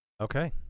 Okay